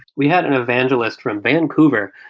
we had an evangelist from vancouver,